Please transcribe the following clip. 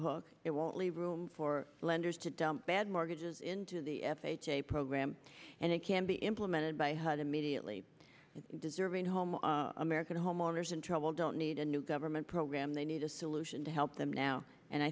hook it won't leave room for lenders to dump bad mortgages into the f h a program and it can be implemented by hud immediately deserving home american homeowners in trouble don't need a new government program they need a solution to help them now and i